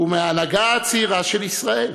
ומההנהגה הצעירה של ישראל,